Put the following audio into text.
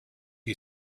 you